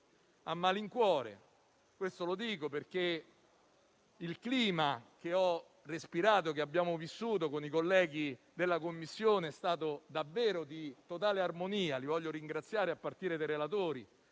un voto contrario: lo dico perché il clima che ho respirato e abbiamo vissuto con i colleghi della Commissione è stato davvero di totale armonia e li voglio ringraziare, a partire dai relatori.